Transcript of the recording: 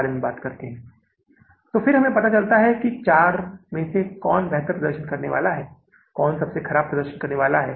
तो केवल यही राशि है जो हमारे पास बची है यह समापन नकद शेष राशि कितनी है 25000 डॉलर